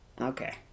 Okay